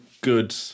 Good